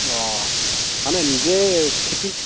অঁ মানে নিজে খেতিত